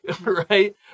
right